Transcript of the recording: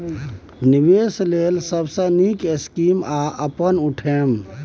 निवेश लेल सबसे नींक स्कीम की या अपन उठैम?